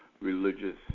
religious